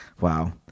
Wow